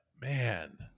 man